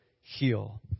heal